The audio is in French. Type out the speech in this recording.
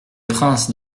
prince